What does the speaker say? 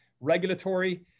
regulatory